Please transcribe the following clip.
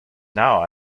now